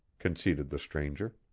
conceded the stranger.